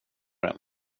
det